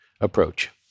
approach